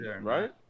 right